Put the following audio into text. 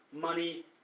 money